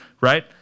right